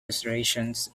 restorations